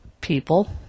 People